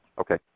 Okay